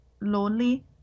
lonely